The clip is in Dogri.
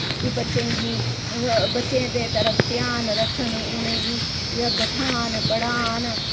की बच्चें गी बच्चें दे तरफ ध्यान रक्खन उ'नेगी बठान पढ़ान